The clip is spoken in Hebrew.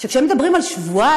שכשהם מדברים על שבועיים,